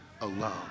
alone